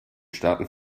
staaten